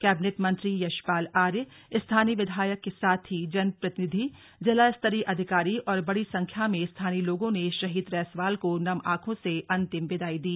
cabinet मंत्री यशपाल आर्य स्थानीय विधायक के साथ ही जनप्रतिनिधि जिलास्तरीय अधिकारी और बड़ी संख्या में स्थानीय लोगों ने शहीद रैंसवाल को नम आंखों से अंतिम विदाई दी